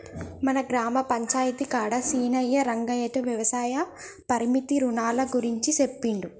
మన గ్రామ పంచాయితీ కాడ సీనయ్యా రంగయ్యతో వ్యవసాయ పరపతి రునాల గురించి సెప్పిండు